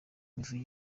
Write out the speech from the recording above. mivugo